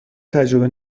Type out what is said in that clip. تجربه